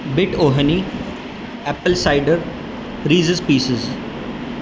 but honey apple cider raisins pieces